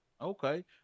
Okay